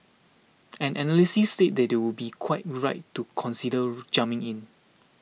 and analysts say they do would be quite right to consider jumping in